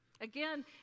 Again